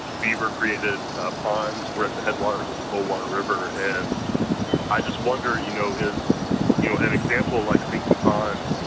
beaver created ponds. we're at the headwaters of the cold water river, and i just wonder, you know an you know and example like sinking pond,